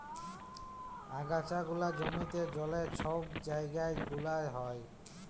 আগাছা গুলা জমিতে, জলে, ছব জাইগা গুলাতে হ্যয়